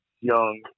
young